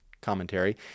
commentary